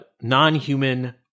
Non-Human